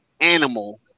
animal